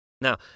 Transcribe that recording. Now